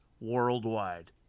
worldwide